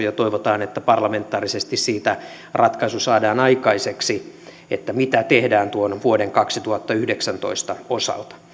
ja toivotaan että parlamentaarisesti siitä ratkaisu saadaan aikaiseksi mitä tehdään tuon vuoden kaksituhattayhdeksäntoista osalta